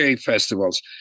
festivals